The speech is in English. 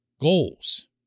goals